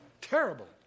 terrible